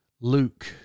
Luke